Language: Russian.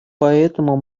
поэтому